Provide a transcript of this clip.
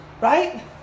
right